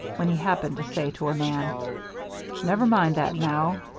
when he happened to say to a man never mind that now,